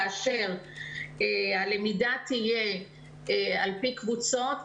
כאשר הלמידה תהיה על פי קבוצות,